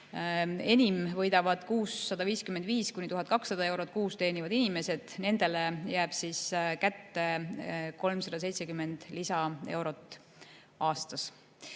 Enim võidavad 655–1200 eurot kuus teenivad inimesed, nendele jääb kätte 370 lisaeurot aastas.